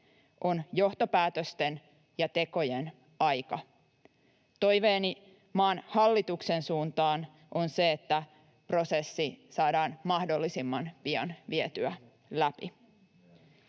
On johtopäätösten ja tekojen aika. Toiveeni maan hallituksen suuntaan on se, että prosessi saadaan mahdollisimman pian vietyä läpi.